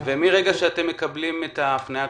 מרגע שאתם מקבלים הפניה,